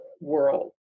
world